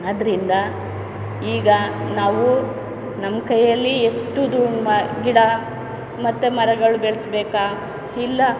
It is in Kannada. ಆದ್ದರಿಂದ ಈಗ ನಾವು ನಮ್ಮ ಕೈಯ್ಯಲ್ಲಿ ಎಷ್ಟು ದು ಮ ಗಿಡ ಮತ್ತೆ ಮರಗಳು ಬೆಳೆಸ್ಬೇಕಾ ಇಲ್ಲ